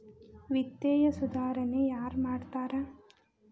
ವಿತ್ತೇಯ ಸುಧಾರಣೆ ಯಾರ್ ಮಾಡ್ತಾರಾ